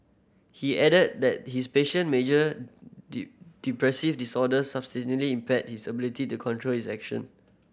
he added that his patient major depressive disorder substantially impaired his ability to control his action